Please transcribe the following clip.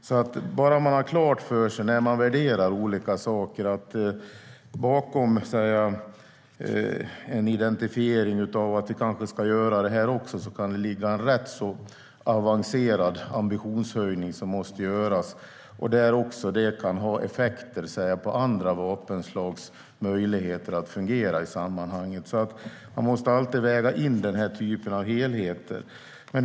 Man ska ha klart för sig när man värderar och identifierar att något måste göras att det kan ligga en rätt avancerad ambitionshöjning bakom, och det kan få effekter på andra vapenslags möjligheter att fungera. Man måste alltid väga in den typen av helheter.